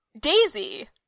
Daisy